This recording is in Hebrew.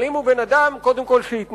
אבל אם הוא בן-אדם, קודם כול שיתנצל.